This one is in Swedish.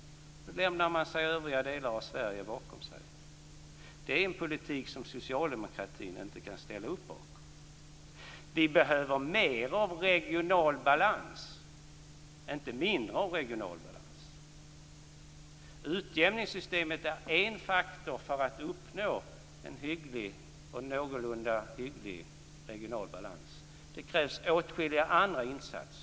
Då lämnar man alltså övriga delar av Sverige bakom sig. Det är en politik som Socialdemokraterna inte kan ställa upp bakom. Vi behöver mer av regional balans, inte mindre. Utjämningssystemet är en faktor för att uppnå en någorlunda hygglig regional balans. Det krävs åtskilliga andra insatser.